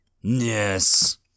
Yes